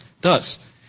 Thus